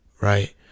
right